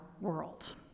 world